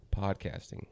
Podcasting